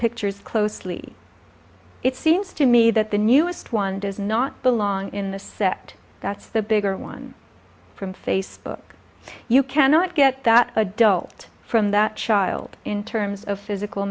pictures closely it seems to me that the newest one does not belong in the sect that's the bigger one from facebook you cannot get that adult from that child in terms of physical